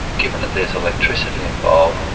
given that there is electricity involved,